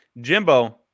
Jimbo